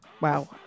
wow